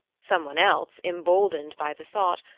some one else, emboldened by the thought,